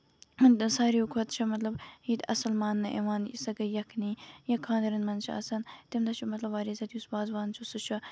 ساروے کھۄتہٕ چھُ مطلب ییٚتہِ اَصٕل ماننہٕ یِوان سۄ گے یَخنی یا خاندرَن منٛز چھُ آسان تَمہِ دۄہ چھُ مطلب واریاہ زیادٕ یُس وازوان چھُ سُہ چھُ